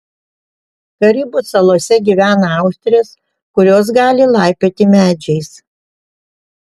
karibų salose gyvena austrės kurios gali laipioti medžiais